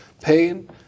pain